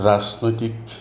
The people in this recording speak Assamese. ৰাজনৈতিক